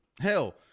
hell